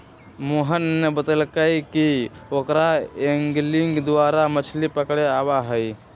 मोहन ने बतल कई कि ओकरा एंगलिंग द्वारा मछ्ली पकड़े आवा हई